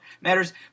matters